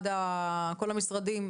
כל המשרדים,